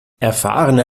erfahrene